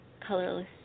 colorless